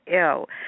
ill